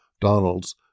Donalds